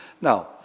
Now